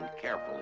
carefully